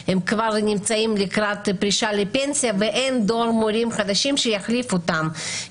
הם כבר נמצאים לקראת פרישה לפנסיה ואין דור מורים חדש שיחליף אותם.